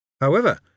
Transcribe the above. However